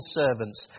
servants